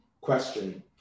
question